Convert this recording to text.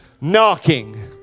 knocking